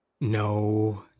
No